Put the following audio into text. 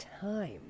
time